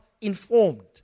informed